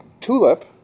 Tulip